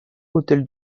hôtel